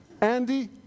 Andy